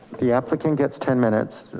the applicant gets ten minutes.